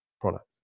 product